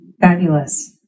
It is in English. Fabulous